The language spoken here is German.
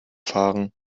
fahren